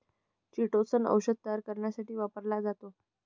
chitosan औषध तयार करण्यासाठी वापरला जातो